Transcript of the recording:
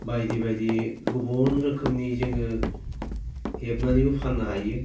बायदि बायदि गुबुन रोखोमनि जोङो हेबनानैबो फाननो हायो